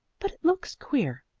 but it looks queer.